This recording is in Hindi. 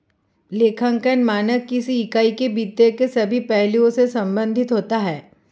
लेखांकन मानक किसी इकाई के वित्त के सभी पहलुओं से संबंधित होता है